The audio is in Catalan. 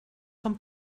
són